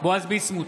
בועז ביסמוט,